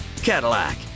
Cadillac